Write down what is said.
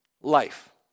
Life